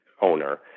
owner